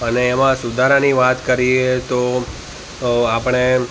અને એમાં સુધારાની વાત કરીએ તો આપણે